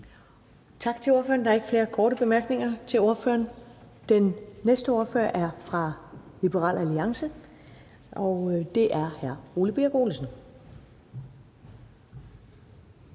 Tak til ordføreren. Der er ikke flere korte bemærkninger til ordføreren. Den næste ordfører er fra Liberal Alliance, og det er hr. Ole Birk Olesen.